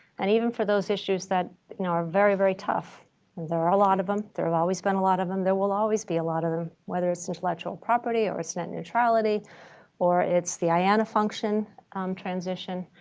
and even for those issues that you know are very, very tough, and there are a lot of them, there have always been a lot of them, there will always be a lot of them whether it's intellectual property or it's net neutrality or it's the iana function transition,